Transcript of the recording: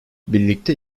birlikte